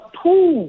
two